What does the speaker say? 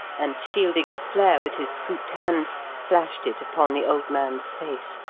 and, shielding its flare with his scooped hands, flashed it upon the old man's face.